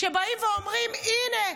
כשבאים ואומרים: הינה,